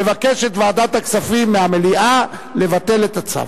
מבקשת ועדת הכספים מהמליאה לבטל את הצו.